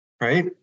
right